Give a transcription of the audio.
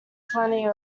plenty